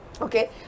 Okay